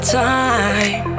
time